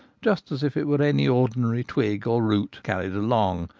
just as if it were any ordinary twig or root carried along,